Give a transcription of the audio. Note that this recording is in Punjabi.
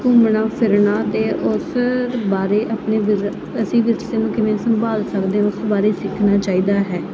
ਘੁੰਮਣਾ ਫਿਰਨਾ ਅਤੇ ਉਸ ਬਾਰੇ ਆਪਣੇ ਵਿਰਸੇ ਅਸੀਂ ਵਿਰਸੇ ਨੂੰ ਕਿਵੇਂ ਸੰਭਾਲ ਸਕਦੇ ਹਾਂ ਉਸ ਬਾਰੇ ਸਿੱਖਣਾ ਚਾਹੀਦਾ ਹੈ